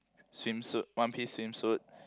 swimsuit one piece swimsuit